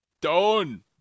Done